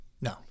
No